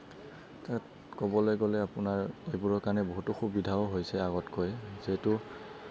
তাত ক'বলৈ গ'লে আপোনোৰ এইবোৰৰ কাৰণে বহুতো অসুবিধাও হৈছে আগতকৈ যিহেতু